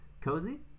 Cozy